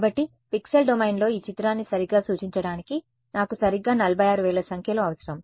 కాబట్టి పిక్సెల్ డొమైన్లో ఈ చిత్రాన్ని సరిగ్గా సూచించడానికి నాకు సరిగ్గా 46000 సంఖ్యలు అవసరం